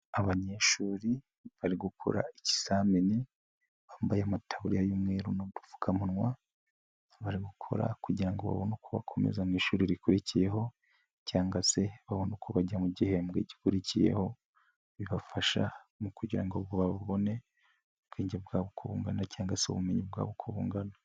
Abanyeshuri bari gukora ikizamini bambaye amataburiya y'umweru n'ugupfukamunwa, bari gukora kugira ngo babone uko bakomeza mu ishuri rikurikiyeho cyangwa se babone uko bajya mu gihembwe gikurikiyeho, bibafasha mu kugira ngo babone ubwenge bwabo uko bungana cyangwa se ubumenyi bwabo uko bungana.